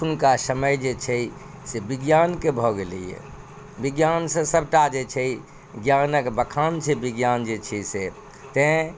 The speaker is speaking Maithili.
अखुनका समय जे छै से विज्ञानके भऽ गेलैया विज्ञानसँ सबटा जे छै ज्ञानक बखान छै विज्ञान जे छै से तैॅं